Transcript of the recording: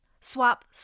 Swap